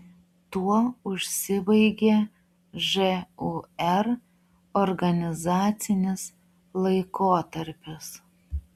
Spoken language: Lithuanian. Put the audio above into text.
tuo užsibaigė žūr organizacinis laikotarpis